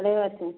ଅଢେଇ ବର୍ଷ